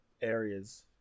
areas